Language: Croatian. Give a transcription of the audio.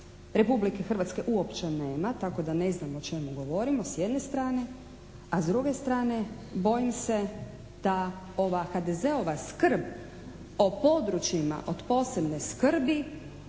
Republike Hrvatske uopće nema tako da ne znam o čemu govorimo s jedne strane a s druge strane bojim se da ova HDZ-ova skrb o područjima od posebne skrbi